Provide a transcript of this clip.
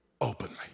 openly